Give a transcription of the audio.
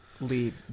lead